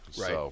Right